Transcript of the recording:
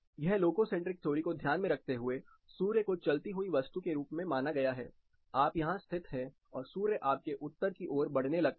यह लोको centric theory को ध्यान में रखते हुए सूर्य को चलती हुई वस्तु के रूप में माना गया है आप यहां स्थित हैं और सूर्य आपके उत्तर की ओर बढ़ने लगता है